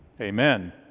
Amen